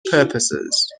purposes